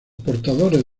portadores